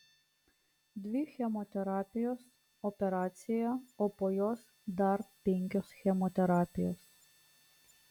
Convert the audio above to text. dvi chemoterapijos operacija o po jos dar penkios chemoterapijos